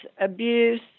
abuse